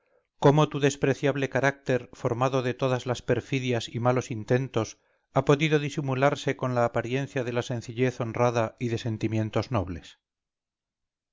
cómo tu despreciable carácter formado de todas las perfidias y malos intentos ha podido disimularsecon la apariencia de la sencillez honrada y de sentimientos nobles